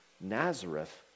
Nazareth